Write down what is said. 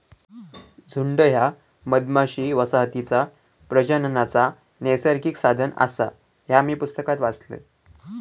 झुंड ह्या मधमाशी वसाहतीचा प्रजननाचा नैसर्गिक साधन आसा, ह्या मी पुस्तकात वाचलंय